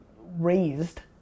raised